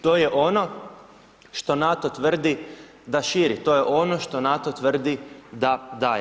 To je ono što NATO tvrdi da širi, to je ono što NATO tvrdi da daje.